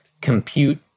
compute